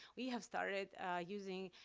we have started using